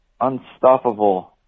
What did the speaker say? Unstoppable